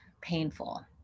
painful